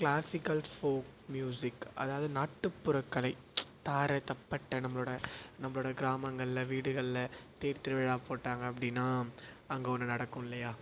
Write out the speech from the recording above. classical folk music அதாவது நாட்டுப்புற கலை தாரை தப்பட்டை நம்மளோட நம்பளோட கிராமங்களில் வீடுகளில் தேர்திருவிழா போட்டாங்க அப்படின்னா அங்கே ஒன்று நடக்கும் இல்லையா